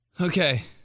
Okay